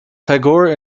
tagore